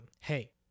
hey